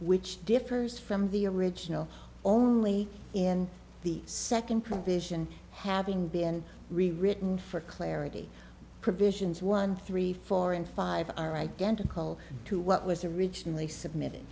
which differs from the original only in the second provision having been rewritten for clarity provisions one three four and five are identical to what was originally submitted